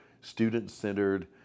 student-centered